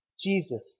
Jesus